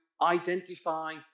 identify